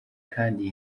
kandi